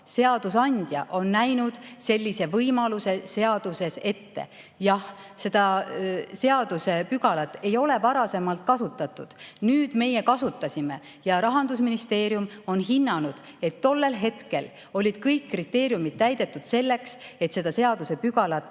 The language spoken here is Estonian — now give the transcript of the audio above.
Seadusandja on sellise võimaluse seaduses ette näinud. Jah, seda seadusepügalat ei ole varasemalt kasutatud, nüüd meie kasutasime ja Rahandusministeerium on hinnanud, et tollel hetkel olid kõik kriteeriumid täidetud, et seda seadusepügalat